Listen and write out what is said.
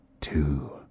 two